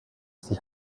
sie